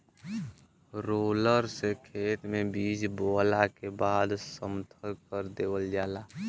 roller से खेत में बीज बोवला के बाद समथर कर देवल जाला